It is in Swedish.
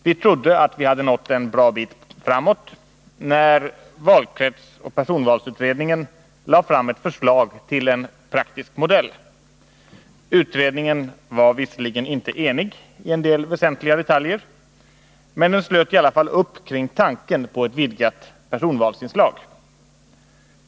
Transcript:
Vi trodde att vi hade nått en bra bit på väg när personvalsoch valkretsutredningen lade fram ett förslag till en praktisk modell. Utredningen var visserligen inte enig i en del väsentliga detaljer, men den slöt i varje fall upp kring tanken på ett vidgat personvalsinslag.